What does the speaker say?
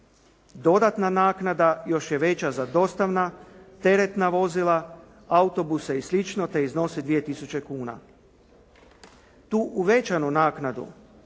Dodatna naknada još je veća za dostavna, teretna vozila, autobuse i slično te iznosi 2 tisuće kuna. Tu uvećanu naknadu